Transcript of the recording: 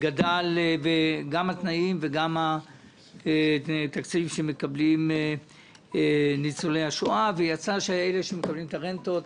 השתפרו התנאים וגדל התקציב שמקבלים ניצולי השואה ויצא שמקבלי הרנטות,